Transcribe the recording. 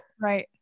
right